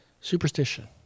superstition